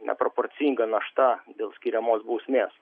neproporcinga našta dėl skiriamos bausmės